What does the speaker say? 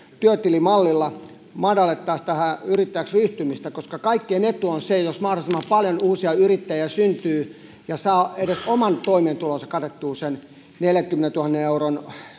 siinä työtilimallilla madallettaisiin yrittäjäksi ryhtymistä koska se on kaikkien etu jos mahdollisimman paljon uusia yrittäjiä syntyy ja saa edes oman toimeentulonsa katettua sen neljänkymmenentuhannen euron